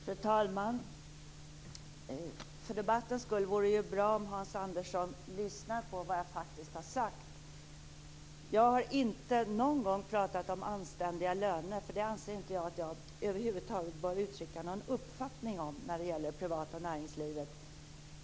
Fru talman! För debattens skull vore det bra om Hans Andersson lyssnade på vad jag faktiskt säger. Jag har inte någon gång talat om anständiga löner, för det anser jag inte att jag över huvud taget bör uttrycka någon uppfattning om när det gäller det privata näringslivet.